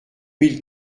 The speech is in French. mille